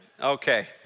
Okay